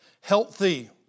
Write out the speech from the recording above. Healthy